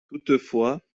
toutefois